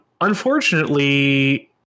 Unfortunately